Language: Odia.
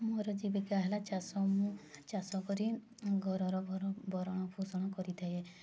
ମୋର ଜୀବିକା ହେଲା ଚାଷ ମୁଁ ଚାଷ କରି ଘରର ଭରଣପୋଷଣ କରିଥାଏ